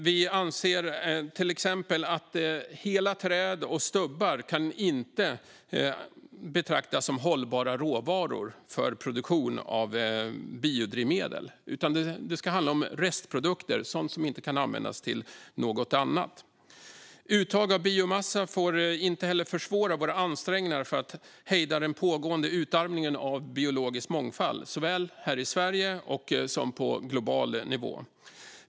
Vi anser till exempel att hela träd och stubbar inte kan betraktas som hållbara råvaror för produktion av biodrivmedel. Det ska handla om restprodukter, alltså sådant som inte kan användas till något annat. Uttag av biomassa får inte heller försvåra våra ansträngningar att hejda den pågående utarmningen av biologisk mångfald såväl här i Sverige som på global nivå.